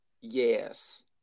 Yes